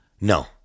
No